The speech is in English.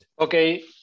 Okay